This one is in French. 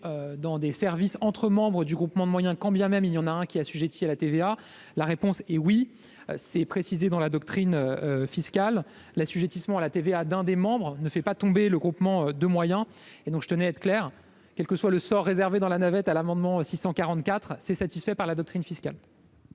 dans des services entre membres du groupement de moyens quand bien même il y en a un qui assujettis à la TVA, la réponse est oui c'est précisé dans la doctrine fiscale l'assujettissement à la TVA d'un des membres ne fait pas tomber le groupement de moyens et donc je tenais à être clair, quel que soit le sort réservé dans la navette à l'amendement 600 cent quarante-quatre c'est satisfait par la doctrine fiscale.